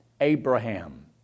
Abraham